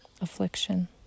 affliction